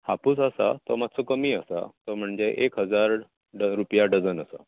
हापूस आसा तो मातसो कमी आसा तो म्हणजे एक हजार ड रुपया डझन आसा